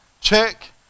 check